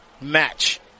Match